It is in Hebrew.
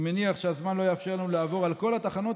אני מניח שהזמן לא יאפשר לנו לעבור על כל התחנות,